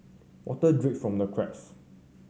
water drip from the cracks